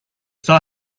saw